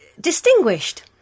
Distinguished